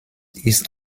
ist